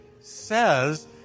says